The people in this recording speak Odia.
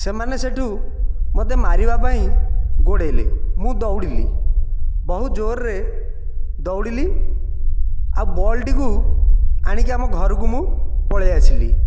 ସେମାନେ ସେଠୁ ମୋତେ ମାରିବାପାଇଁ ଗୋଡ଼ାଇଲେ ମୁଁ ଦୋୖଡ଼ିଲି ବହୁତ ଜୋର୍ରେ ଦୌଡ଼ିଲି ଆଉ ବଲ୍ଟିକୁ ଆଣିକି ଆମ ଘରକୁ ମୁଁ ପଳାଇଆସିଲି